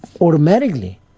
automatically